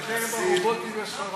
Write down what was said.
להסיר.